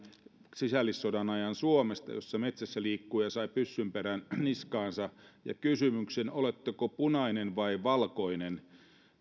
sisällissodan ajan suomesta jossa metsässä liikkuja sai pyssynperän niskaansa ja kysymyksen oletteko punainen vai valkoinen